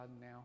now